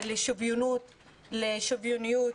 ושוויוניות.